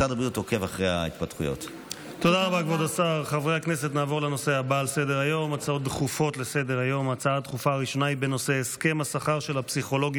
חבריי חברי הכנסת, משפחות